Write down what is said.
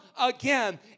again